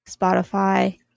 Spotify